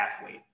athlete